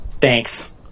Thanks